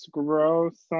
gross